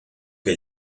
que